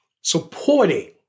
supporting